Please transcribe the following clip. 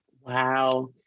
Wow